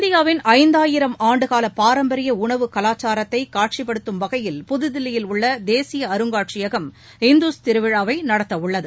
இந்தியாவின் ஐந்தாயிரம் ஆண்டுகால பாரம்பரிய உணவு கலாச்சாரத்தை காட்சிப்படுத்தும் வகையில் புதுதில்லியில் உள்ள தேசிய அருங்காட்சியகம் இந்துஸ் திருவிழாவை நடத்தவுள்ளது